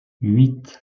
huit